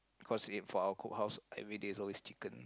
cause ate for our cookhouse everyday is always chicken